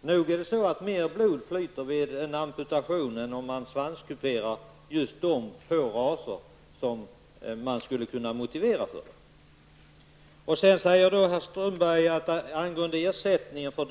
Nog är det så att mer blod flyter vid en amputation än om man svanskuperar just de få raser som det skulle kunna vara motiverat för.